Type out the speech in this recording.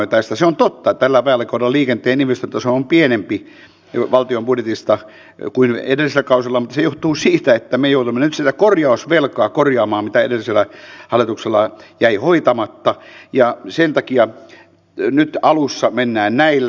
se on totta tällä vaalikaudella liikenteen investointitaso valtion budjetista on pienempi kuin edellisillä kausilla mutta se johtuu siitä että me joudumme nyt sitä korjausvelkaa hoitamaan mitä edellisellä hallituksella jäi hoitamatta ja sen takia nyt alussa mennään näillä